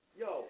yo